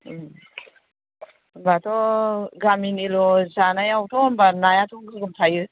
ए होमबाथ' गामिनिल' जानायावथ' होमबा नायाथ' गोगोम थायो